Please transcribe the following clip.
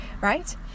right